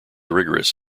rigorous